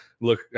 look